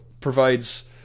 provides